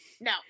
No